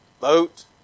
vote